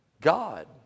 God